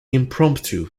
impromptu